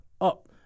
up